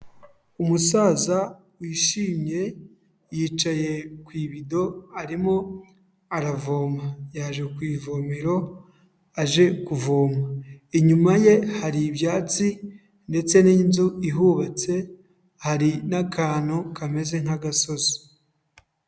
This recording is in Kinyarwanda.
Umusaza wishimye, yicaye ku ibido arimo aravoma, yaje ku ivomero aje kuvoma, inyuma ye hari ibyatsi ndetse n'inzu ihubatse, hari n'akantu kameze nk'agasozi.